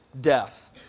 death